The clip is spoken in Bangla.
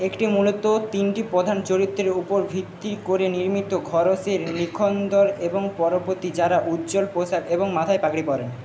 একটি মূলত তিনটি প্রধান চরিত্রের ওপর ভিত্তি করে নির্মিত ঘর শের নিখন্দর এবং পরপতি যারা উজ্জ্বল পোশাক এবং মাথায় পাগড়ি পরে